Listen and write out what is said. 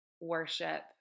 worship